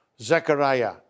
Zechariah